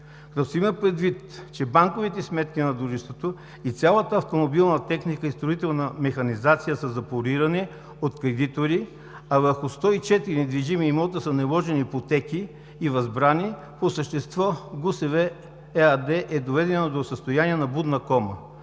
Като се има предвид, че банковите сметки на дружеството и цялата автомобилна техника и строителна механизация са запорирани от кредитори, а върху 104 недвижими имота са наложени ипотеки и възбрани, по същество ГУСВ ¬¬– ЕАД, е доведено до състояние на будна кома.